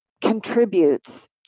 contributes